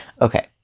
okay